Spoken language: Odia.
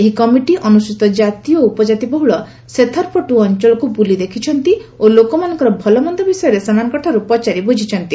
ଏହି କମିଟି ଅନୁସୂଚିତ ଜାତି ଓ ଉପଜାତି ବହୁଳ ସେଥାରପଟୁ ଅଞ୍ଚଳକୁ ବୁଲି ଦେଖିଛନ୍ତି ଓ ଲୋକମାନଙ୍କର ଭଲମନ୍ଦ ବିଷୟରେ ସେମାନଙ୍କଠାରୁ ପଚାରି ବୁଝିଛନ୍ତି